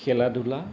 খেলা ধূলা